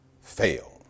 fail